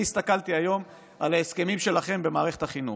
אני הסתכלתי היום על ההסכמים שלכם במערכת החינוך,